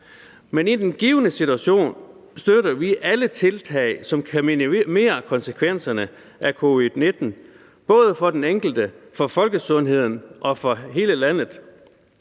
men i den givne situation støtter vi alle tiltag, som kan minimere konsekvenserne af covid-19, både for den enkelte, for folkesundheden og for hele landet.